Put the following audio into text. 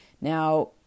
Now